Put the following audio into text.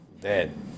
dead